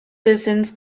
citizens